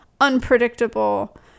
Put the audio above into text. unpredictable